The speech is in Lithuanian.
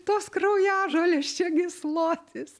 tos kraujažolės čia gyslotis